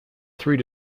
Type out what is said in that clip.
three